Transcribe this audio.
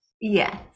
yes